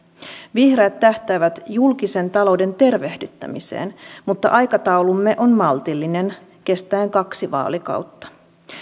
vihreät tähtäävät julkisen talouden tervehdyttämiseen mutta aikataulumme on maltillinen kestäen kaksi vaalikautta